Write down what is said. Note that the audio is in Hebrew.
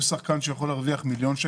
יש שחקן שיכול להרוויח מיליון שקל.